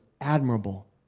admirable